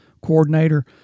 coordinator